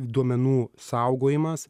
duomenų saugojimas